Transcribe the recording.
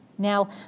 Now